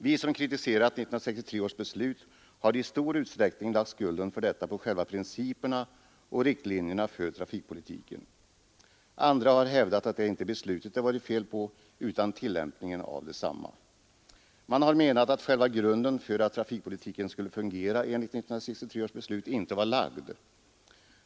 Vi som kritiserat 1963 års beslut har i stor utsträckning lagt skulden för detta på själva principerna och riktlinjerna för trafikpolitiken. Andra har hävdat att det inte är beslutet det varit fel på utan på tillämpningen av detsamma. Man har menat att själva grunden för att trafikpolitiken skulle fungera enligt 1963 års beslut inte var lagd.